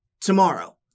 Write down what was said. tomorrow